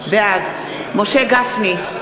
בעד משה גפני,